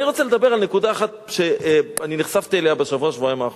אני רוצה לדבר על נקודה אחת שנחשפתי אליה בשבוע-שבועיים האחרונים.